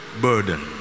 burden